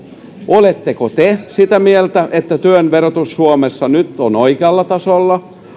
oletteko te sitä mieltä että työn verotus suomessa nyt on oikealla tasolla